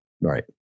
right